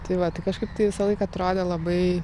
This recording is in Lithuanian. tai va tai kažkaip tai visąlaik atrodė labai